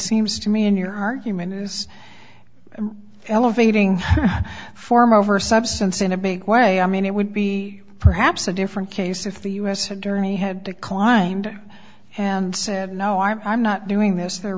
seems to me in your argument is elevating form over substance in a big way i mean it would be perhaps a different case if the u s attorney had declined and said no i'm not doing this